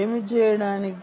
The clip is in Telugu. ఏమి చేయడానికి